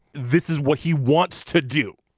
this is what he wants to do.